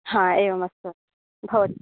हा एवमस्तु भवतु